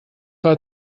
war